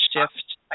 shift